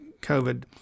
COVID